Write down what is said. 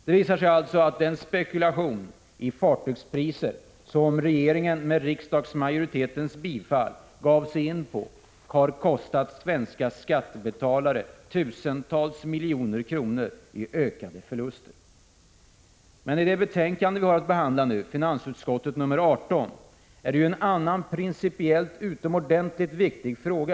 Det har alltså visat sig att den spekulation i fartygspriser som regeringen, med riksdagsmajoritetens bifall, gav sig in på har kostat svenska skattebetalare tusentals miljoner kronor i ökade förluster. Men i finansutskottets betänkande nr 18, som vi har att behandla nu, behandlas också en annan principiellt utomordentligt viktig fråga.